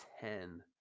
ten